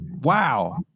wow